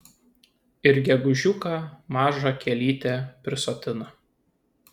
ir gegužiuką maža kielytė prisotina